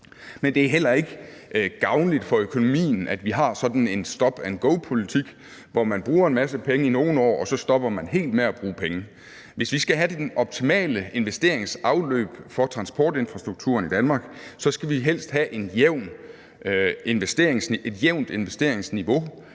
men det er heller ikke gavnligt for økonomien, at vi har sådan en stop and go-politik, hvor man bruger en masse penge i nogle år, og så stopper man helt med at bruge penge. Hvis vi skal have det optimale investeringsafløb for transportinfrastrukturen i Danmark, skal vi helst have et jævnt investeringsniveau,